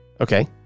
okay